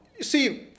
see